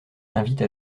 invite